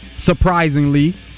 surprisingly